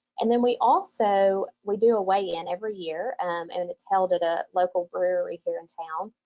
and then we also we do a weigh-in every year um and and it's held at a local brewery here in town,